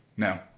No